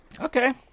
Okay